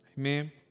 Amen